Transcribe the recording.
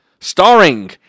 Starring